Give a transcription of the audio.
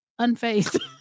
unfazed